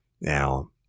Now